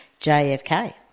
JFK